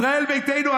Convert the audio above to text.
ישראל ביתנו,